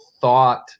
thought